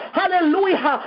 hallelujah